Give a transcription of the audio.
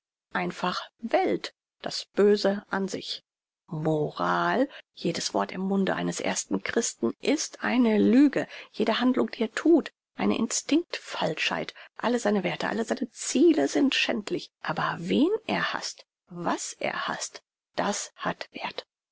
einfach welt das böse an sich moral jedes wort im munde eines ersten christen ist eine lüge jede handlung die er thut eine instinkt falschheit alle seine werthe alle seine ziele sind schädlich aber wen er haßt was er haßt das hat werth